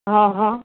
હહ